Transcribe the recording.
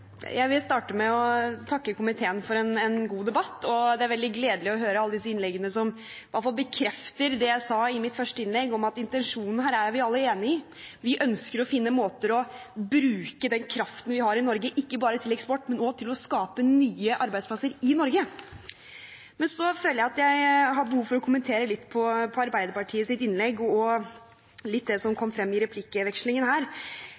Jeg vil starte med å takke komiteen for en god debatt, og det er veldig gledelig å høre alle disse innleggene som iallfall bekrefter det jeg sa i mitt første innlegg, at intensjonene her er vi alle enig i. Vi ønsker å finne måter å bruke den kraften vi har i Norge på, ikke bare til eksport, men også til å skape nye arbeidsplasser i Norge. Men så føler jeg at jeg har behov for å kommentere Arbeiderpartiets innlegg litt og også litt det som kom frem i replikkvekslingen her.